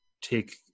take